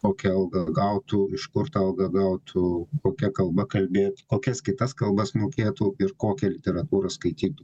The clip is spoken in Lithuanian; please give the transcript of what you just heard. kokią algą gautų iš kur tą algą gautų kokia kalba kalbėtų kokias kitas kalbas mokėtų ir kokią literatūrą skaitytų